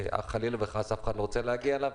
שחלילה וחס אף אחד לא רוצה להגיע אליו,